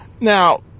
Now